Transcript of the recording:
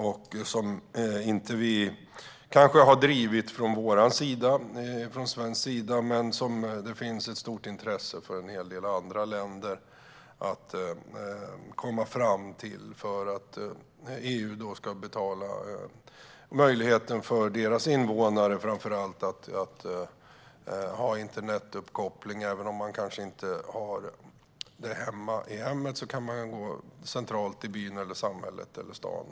Vi har kanske inte drivit det från svensk sida, men det finns ett stort intresse hos en hel del andra länder att komma fram till att EU ska betala möjligheten för framför allt deras invånare att ha internetuppkoppling. Även om man kanske inte har det i sitt hem kan man få det centralt i byn, samhället eller staden.